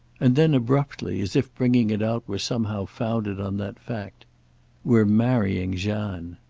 and then abruptly, as if bringing it out were somehow founded on that fact we're marrying jeanne.